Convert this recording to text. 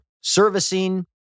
servicing